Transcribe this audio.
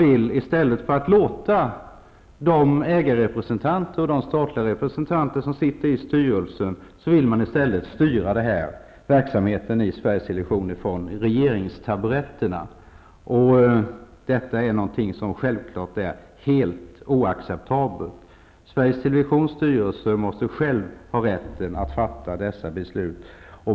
I stället för att låta de ägarrepresentanter och de statliga representanter som sitter med i styrelsen ta ansvar vill man styra den här verksamheten inom Sveriges Television från regeringstaburetterna. Det är självklart helt oacceptabelt. Sveriges Televisions styrelse måste ha rätt att själv fatta sådana beslut.